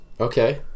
Okay